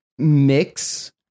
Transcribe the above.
Mix